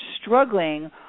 struggling